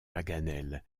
paganel